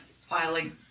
filing